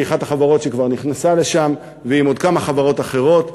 שהיא אחת החברות שכבר נכנסו לשם עם עוד כמה חברות אחרות,